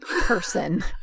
Person